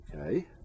okay